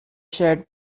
shared